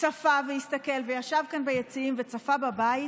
צפה והסתכל, ישב כאן ביציעים האורחים וצפה מהבית,